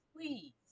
please